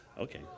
Okay